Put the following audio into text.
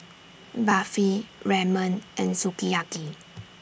Barfi Ramen and Sukiyaki